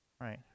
right